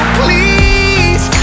please